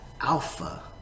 alpha